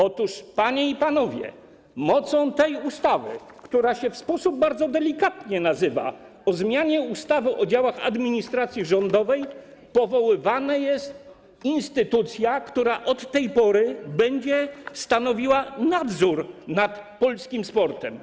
Otóż, panie i panowie, mocą tej ustawy, która się bardzo delikatnie nazywa: o zmianie ustawy o działach administracji rządowej, powoływana jest instytucja, która od tej pory będzie stanowiła nadzór nad polskim sportem.